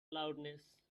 loudness